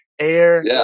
air